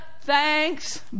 thanks